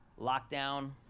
lockdown